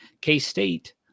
K-State